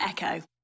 Echo